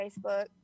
Facebook